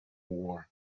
war